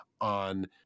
on